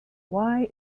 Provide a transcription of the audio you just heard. why